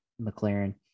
McLaren